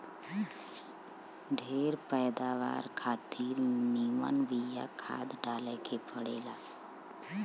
ढेर पैदावार खातिर निमन बिया खाद डाले के पड़ेला